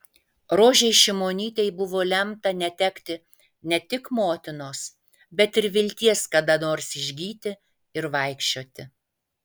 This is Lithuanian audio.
rožei šimonytei buvo lemta netekti ne tik motinos bet ir vilties kada nors išgyti ir vaikščioti